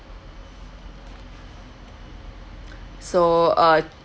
so uh